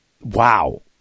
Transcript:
wow